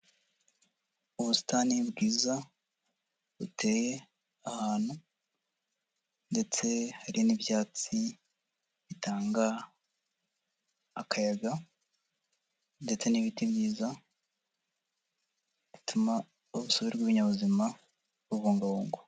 Ubusitani bwiza buteye ahantu ndetse hari n'ibyatsi bitanga akayaga ndetse n'ibiti byiza bituma urusobe rw'ibinyabuzima rubungabungwa.